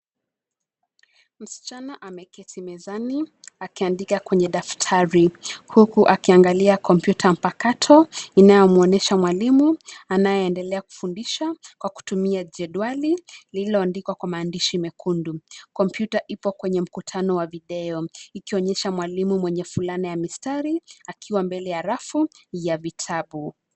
Msichana ameketi mezani akiandika kwenye daftari huku akiangalia kompyuta mpakato inayoonyesha mwalimu anaye endelea kufundisha kwa kutumia jedwali lililoandikwa kwa maandishi mekundu. Kompyuta ipo kwenye mkutano wa video ikionyesha mwalimu mwenye fulana ya mistari akiwa mbele ya rafu ya vitabu.